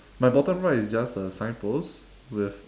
my bottom right is just a signpost with